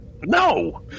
No